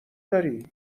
داری